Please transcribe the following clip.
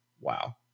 wow